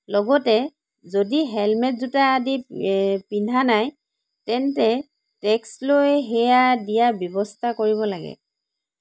লগতে যদি হেলমেত জোতা আদি পিন্ধা নাই তেন্তে টেক্স লৈ সেয়া দিয়াৰ ব্যৱস্থা কৰিব লাগে